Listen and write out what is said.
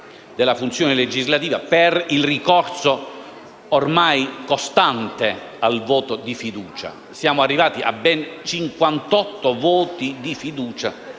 Grazie